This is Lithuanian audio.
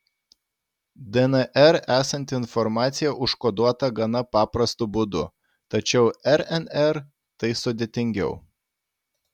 dnr esanti informacija užkoduota gana paprastu būdu tačiau rnr tai sudėtingiau